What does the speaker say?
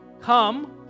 come